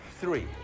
three